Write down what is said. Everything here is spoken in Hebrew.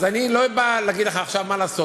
אז אני לא בא להגיד לך עכשיו מה לעשות.